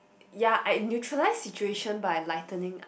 ya I neutralise situation by lightening